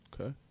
Okay